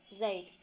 right